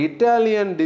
Italian